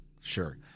Sure